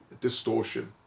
distortion